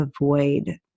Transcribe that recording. avoid